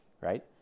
right